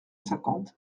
cinquante